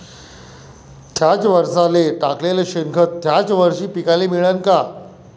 थ्याच वरसाले टाकलेलं शेनखत थ्याच वरशी पिकाले मिळन का?